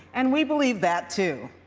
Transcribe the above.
and we believe that, too.